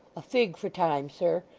a fig for time, sir.